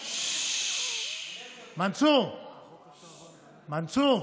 מנסור, מנסור,